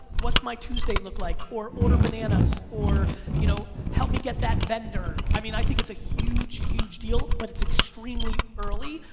what's my tuesday look like or order bananas or you know help me get that vendor, i mean i think it's a huge huge deal. but it's extremely early,